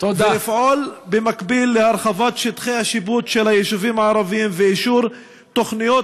ולפעול במקביל להרחבת שטחי השיפוט של היישובים הערביים ולאישור תוכניות